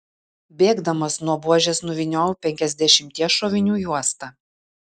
bėgdamas nuo buožės nuvyniojau penkiasdešimties šovinių juostą